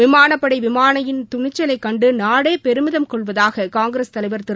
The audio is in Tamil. விமானப்படை விமாளியின் துணிச்சலை கண்டு நாடே பெருமிதம் கொள்வதாக காங்கிரஸ் தலைவர் திரு